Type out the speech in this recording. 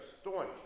staunch